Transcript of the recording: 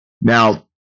Now